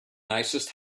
nicest